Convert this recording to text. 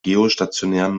geostationären